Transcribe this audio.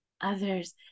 others